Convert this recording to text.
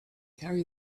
carry